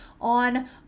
on